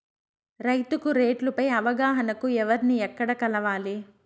రైతుకు రేట్లు పై అవగాహనకు ఎవర్ని ఎక్కడ కలవాలి?